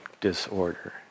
disorder